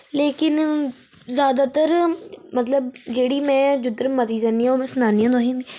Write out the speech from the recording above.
लेकिन ज्यादातर मतलब जेह्ड़ी में जिद्धर मती जन्नी ओ में सनानी आं तुसें